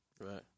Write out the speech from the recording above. Right